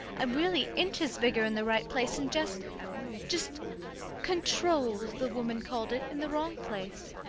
i'm really inches bigger in the right place, and just just controlled, the woman called it, in the wrong place.